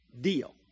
deal